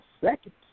seconds